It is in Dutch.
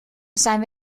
zijn